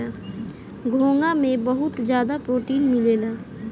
घोंघा में बहुत ज्यादा प्रोटीन मिलेला